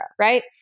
right